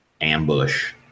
ambush